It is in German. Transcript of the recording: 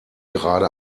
gerade